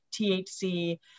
THC